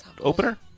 opener